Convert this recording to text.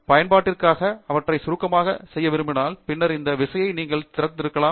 பயன்பாட்டிற்காக அவற்றை சுருக்கமாகச் செய்ய விரும்பினால் பின்னர் அந்த விசையை நீங்கள் திருத்தலாம்